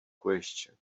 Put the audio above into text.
question